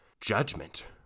judgment